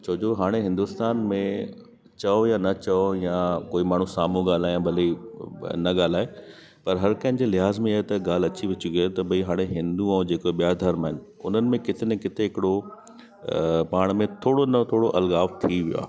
छोजो हाणे हिंदुस्तान में चओ या न चओ या कोई माण्हू साम्हूं ॻाल्हाए त भले न ॻाल्हाए पर हर कंहिंजे लिहाज़ में त ॻाल्हि अची चुकी आहे त भई हाणे हिंदू ऐं जेके ॿिया धर्म आहिनि उन्हनि में किथे न किथे हिकिड़ो अ पाण में थोरो न थोरो अलगाव थी वियो आहे